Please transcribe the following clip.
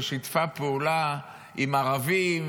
ששיתפה פעולה עם ערבים,